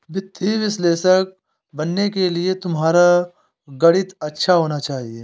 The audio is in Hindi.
वित्तीय विश्लेषक बनने के लिए तुम्हारा गणित अच्छा होना चाहिए